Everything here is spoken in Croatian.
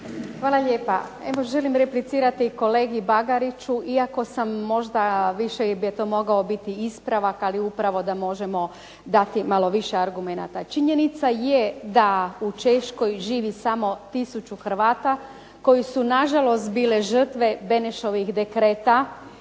Hvala lijepa. Evo, želim replicirati kolegi Bagariću iako sam možda, više bi to mogao biti ispravak, ali upravo da možemo dati malo više argumenata. Činjenica je da u Češkoj živi samo tisuću Hrvata koji su nažalost bili žrtve Denešovih dekreta